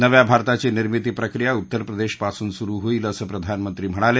नव्या भारताची निर्मिती प्रक्रिया उत्तर प्रदेशपासून सुरु होईल असं प्रधानमंत्री म्हणाले